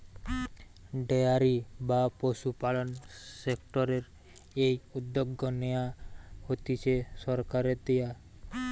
dairy বা পশুপালন সেক্টরের এই উদ্যগ নেয়া হতিছে সরকারের দিয়া